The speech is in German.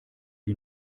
die